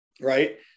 Right